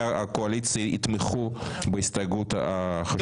הקואליציה יתמכו בהסתייגות החשובה הזאת.